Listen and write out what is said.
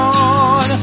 on